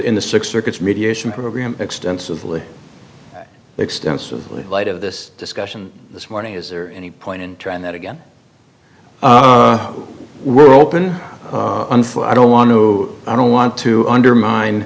in the six circuits mediation program extensively extensively light of this discussion this morning is there any point in trying that again we're open for i don't want to i don't want to undermine